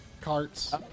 carts